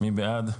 מי בעד,